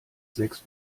sechs